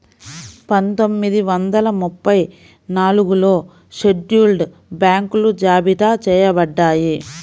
పందొమ్మిది వందల ముప్పై నాలుగులో షెడ్యూల్డ్ బ్యాంకులు జాబితా చెయ్యబడ్డాయి